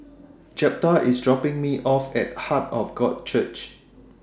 Jeptha IS dropping Me off At Heart of God Church